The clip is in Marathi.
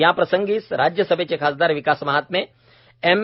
याप्रसंगी राज्यसभेचे खासदार विकास महात्मे एम